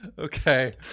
Okay